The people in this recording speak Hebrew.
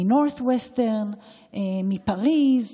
מפריז,